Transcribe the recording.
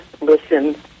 listen